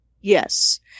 Yes